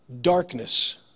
darkness